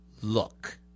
Look